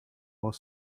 while